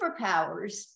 superpowers